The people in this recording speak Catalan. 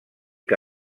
que